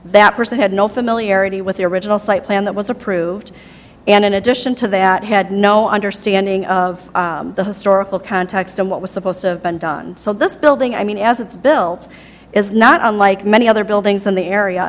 that person had no familiarity with the original site plan that was approved and in addition to that had no understanding of the historical context of what was supposed to have been done so this building i mean as it's built is not unlike many other buildings in the area